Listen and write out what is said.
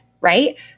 right